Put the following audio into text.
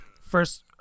First